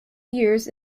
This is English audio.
years